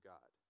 God